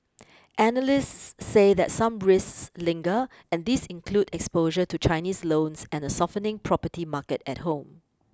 analysts say some risks linger and these include exposure to Chinese loans and a softening property market at home